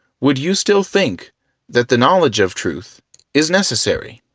would you still think that the knowledge of truth is necessary?